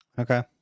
Okay